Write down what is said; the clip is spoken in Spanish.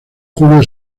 julio